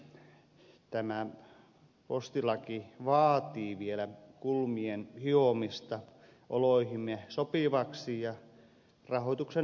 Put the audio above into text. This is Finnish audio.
tämä postilaki vaatii vielä kulmien hiomista oloihimme sopivaksi